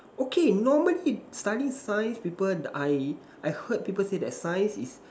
okay normally study science people I I heard people say that science is